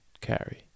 carry